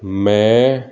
ਮੈਂ